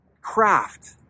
craft